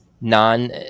non